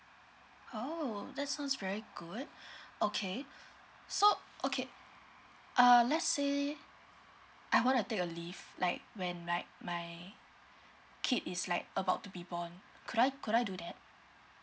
oh that's sounds very good okay so okay uh let's say I wanna take a leave like when like my kid is like about to be born could I could I do that